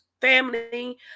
family